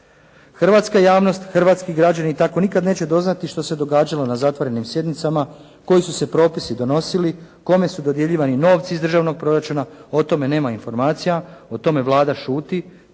Hrvatska javnost, hrvatski građani tako nikada neće doznati što se događalo na zatvorenim sjednicama, koji su se propisi donosili, kome su dodjeljivani novci iz državnog proračuna, o tome nema informacija, o tome Vlada šuti,